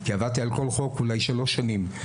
כי עבדתי על כל חוק אולי שלוש שנים.